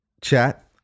chat